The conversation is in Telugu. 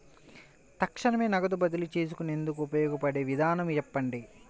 తక్షణమే నగదు బదిలీ చేసుకునేందుకు ఉపయోగపడే విధానము చెప్పండి?